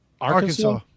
Arkansas